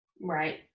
Right